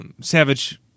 Savage